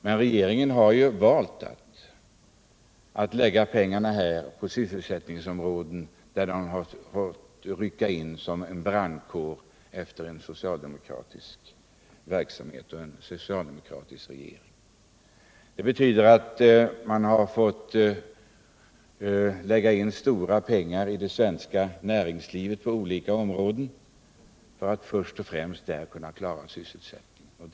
Men regeringen har valt att lägga pengarna på andra sysselsättningsområden, där den fått rycka in som en brandkår efter en socialdemokratisk regering. Det betyder att man fått sätta in stora pengar på olika områden av det svenska näringslivet för att först och främst där klara — Nr 93 akuta sysselsättningsproblem.